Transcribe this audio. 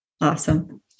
Awesome